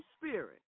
Spirit